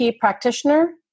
practitioner